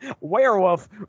Werewolf